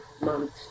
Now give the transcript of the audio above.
months